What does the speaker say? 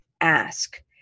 ask